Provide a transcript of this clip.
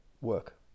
work